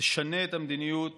תשנה את המדיניות